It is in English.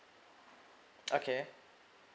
okay